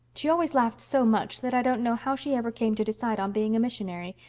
she always laughed so much that i don't know how she ever came to decide on being a missionary.